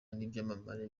n’ibyamamare